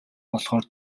болохоор